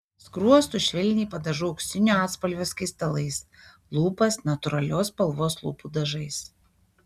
skruostus švelniai padažau auksinio atspalvio skaistalais lūpas natūralios spalvos lūpų dažais